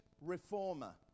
reformer